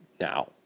now